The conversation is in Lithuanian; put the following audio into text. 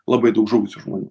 labai daug žuvusių žmonių